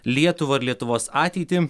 lietuvą ir lietuvos ateitį